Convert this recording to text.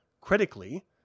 critically